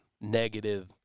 negative